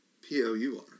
P-O-U-R